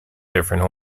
different